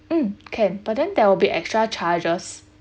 mm can but then there will be extra charges